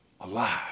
alive